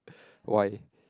why